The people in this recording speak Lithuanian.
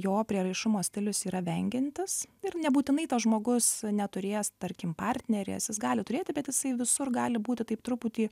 jo prieraišumo stilius yra vengiantis ir nebūtinai tas žmogus neturėjęs tarkim partnerės jis gali turėti bet jisai visur gali būti taip truputį